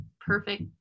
perfect